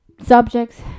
subjects